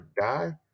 die